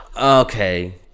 okay